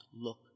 look